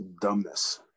dumbness